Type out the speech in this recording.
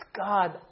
God